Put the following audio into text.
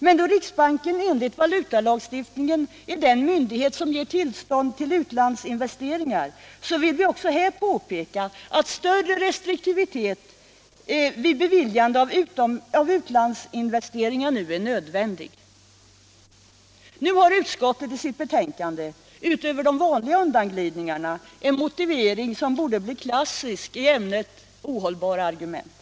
Men då riksbanken enligt valutalagstiftningen är den myndighet som ger tillstånd till utlandsinvesteringar vill jag också här påpeka att större restriktivitet vid beviljandet av utlandsinvesteringar nu är nödvändig. Nu har utskottet i sitt betänkande, utöver de vanliga undanglidningarna, en motivering som borde bli klassisk i ämnet ohållbara argument.